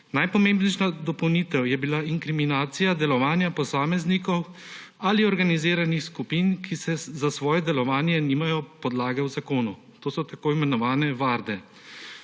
Najpomembnejša dopolnitev je bila inkriminacija delovanja posameznikov ali organiziranih skupin, ki za svoje delovanje nimajo podlage v zakonu, to so tako imenovane varde.